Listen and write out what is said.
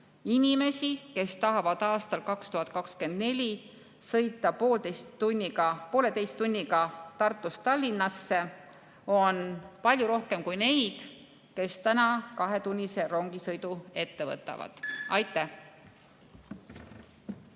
Inimesi, kes tahavad aastal 2024 sõita pooleteise tunniga Tartust Tallinnasse, on palju rohkem kui neid, kes täna kahetunnise rongisõidu ette võttavad. Aitäh!